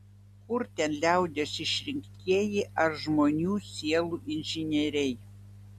kur ten liaudies išrinktieji ar žmonių sielų inžinieriai